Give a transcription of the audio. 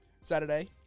Saturday